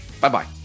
Bye-bye